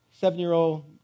Seven-year-old